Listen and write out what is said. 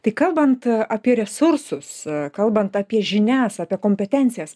tai kalbant apie resursus kalbant apie žinias apie kompetencijas